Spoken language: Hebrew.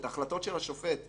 את ההחלטות של השופט לאדם,